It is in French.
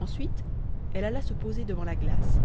ensuite elle alla se poser devant la glace